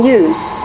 use